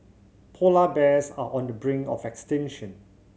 polar bears are on the brink of extinction